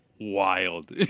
wild